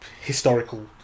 historical